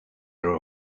are